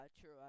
true